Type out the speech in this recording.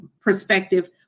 perspective